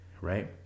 right